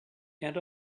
and